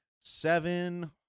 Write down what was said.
seven